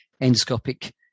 endoscopic